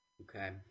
Okay